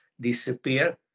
disappear